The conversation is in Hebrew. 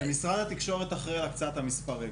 משרד התקשורת אחראי על הקצעת המספרים,